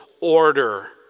order